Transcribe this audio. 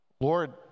Lord